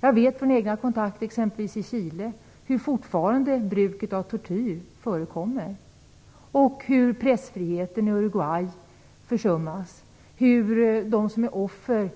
Jag vet från egna kontakter i t.ex. Chile att bruket av tortyr fortfarande förekommer och att pressfriheten i Uruguay försummas. De som är offer